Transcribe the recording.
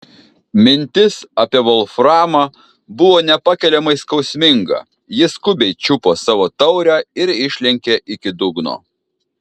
mintis apie volframą buvo nepakeliamai skausminga ji skubiai čiupo savo taurę ir išlenkė iki dugno